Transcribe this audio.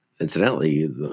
incidentally